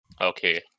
Okay